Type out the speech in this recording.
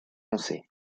foncé